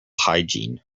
hygiene